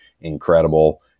incredible